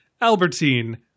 Albertine